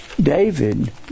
david